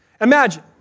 Imagine